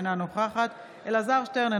אינה נוכחת אלעזר שטרן,